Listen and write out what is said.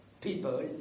people